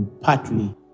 partly